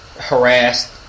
harassed